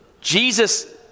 Jesus